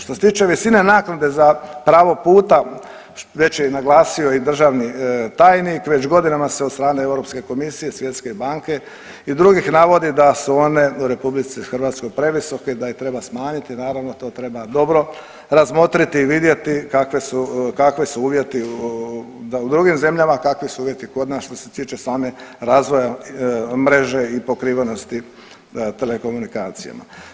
Što se tiče visine naknade za pravo puta, već je i naglasio i državni tajnik, već godinama se od strane EU komisije i Svjetske banke i drugih navodi da su one u RH previsoke, da ih treba smanjiti, naravno, to treba dobro razmotriti i vidjeti kakve su, kakve su uvjeti u drugim zemljama, kakvi su uvjeti kod nas što se tiče same razvoja mreže i pokrivenosti telekomunikacijama.